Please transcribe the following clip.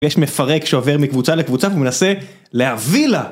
יש מפרק שעובר מקבוצה לקבוצה ומנסה להביא לה